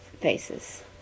faces